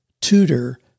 tutor